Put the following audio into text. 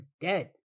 dead